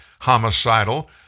homicidal